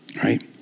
right